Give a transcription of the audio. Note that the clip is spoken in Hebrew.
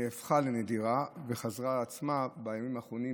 נהפכה לנדירה וחזרה לעצמה בימים האחרונים,